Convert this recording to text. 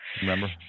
remember